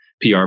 PR